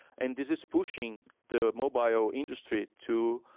and this is pushing the mobile industry to